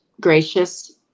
gracious